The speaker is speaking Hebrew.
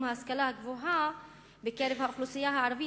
ההשכלה הגבוהה בקרב האוכלוסייה הערבית,